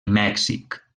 mèxic